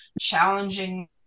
challenging